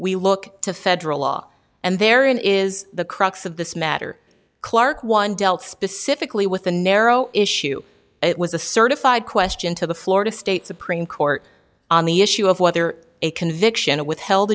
we look to federal law and therein is the crux of this matter clark one dealt specifically with the narrow issue it was a certified question to the florida state supreme court on the issue of whether a conviction or withheld